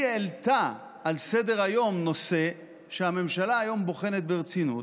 היא העלתה לסדר-היום נושא שהממשלה בוחנת היום ברצינות,